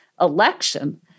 election